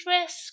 risk